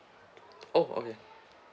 oh okay